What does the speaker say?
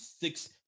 six